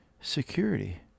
security